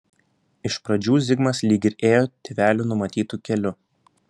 iš pradžių zigmas lyg ir ėjo tėvelių numatytu keliu